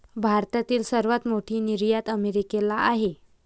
भारताची सर्वात मोठी निर्यात अमेरिकेला आहे